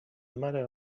matter